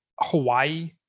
Hawaii